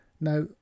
now